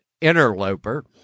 interloper